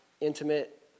intimate